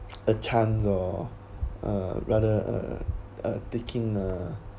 a chance or uh rather uh uh taking uh